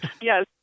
Yes